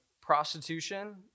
prostitution